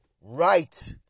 right